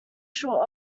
short